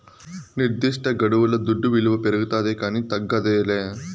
నిర్దిష్టగడువుల దుడ్డు విలువ పెరగతాదే కానీ తగ్గదేలా